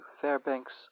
Fairbanks